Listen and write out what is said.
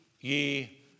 ye